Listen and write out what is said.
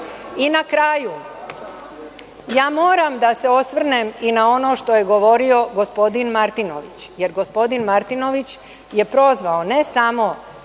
na kraju, ja moram da se osvrnem i na ono što je govorio gospodin Martinović, jer gospodin Martinović je prozvao ne samo